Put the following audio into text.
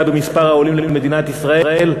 גם בגלל ירידה במספר העולים למדינת ישראל,